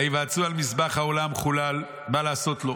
וייוועצו על מזבח העולה המחולל מה לעשות לו.